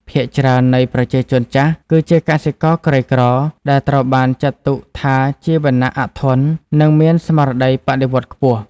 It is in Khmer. ភាគច្រើននៃប្រជាជនចាស់គឺជាកសិករក្រីក្រដែលត្រូវបានចាត់ទុកថាជាវណ្ណៈអធន និងមានស្មារតីបដិវត្តន៍ខ្ពស់។